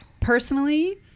personally